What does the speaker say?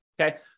okay